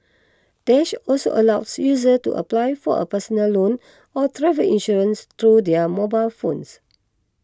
dash also allows users to apply for a personal loan or travel insurance through their mobile phones